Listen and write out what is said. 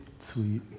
Sweet